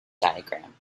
diagram